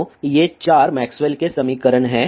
तो ये 4 मैक्सवेल के समीकरण Maxwell's equation हैं